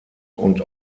und